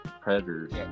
predators